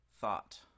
thought